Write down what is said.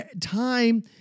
Time